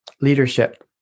leadership